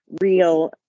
real